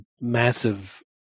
massive